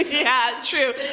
yeah, true.